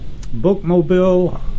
bookmobile